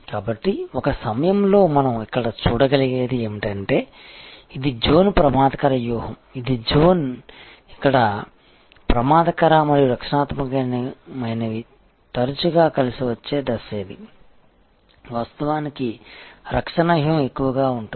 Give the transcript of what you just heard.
కాబట్టి ఒక సమయంలో మనం ఇక్కడ చూడగలిగేది ఏమిటంటే ఇది జోన్ ప్రమాదకర వ్యూహం ఇది జోన్ ఇక్కడ ప్రమాదకర మరియు రక్షణాత్మకమైనవి తరచుగా కలిసి వచ్చే దశ ఇది వాస్తవానికి రక్షణ వ్యూహం ఎక్కువగా ఉంటుంది